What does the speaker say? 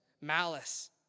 Malice